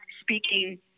speaking